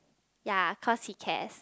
ya cause he cares